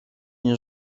nie